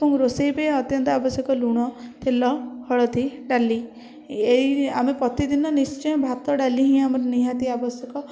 ଏବଂ ରୋଷେଇ ପାଇଁ ଅତ୍ୟନ୍ତ ଆବଶ୍ୟକ ଲୁଣ ତେଲ ହଳଦୀ ଡାଲି ଏଇ ଆମେ ପ୍ରତିଦିନ ନିଶ୍ଚୟ ଭାତ ଡାଲି ହିଁ ଆମର ନିହାତି ଆବଶ୍ୟକ